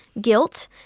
guilt